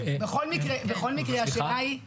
--- בכל מקרה השאלה פה היא באמת --- סליחה?